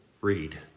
read